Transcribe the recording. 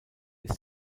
ist